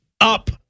up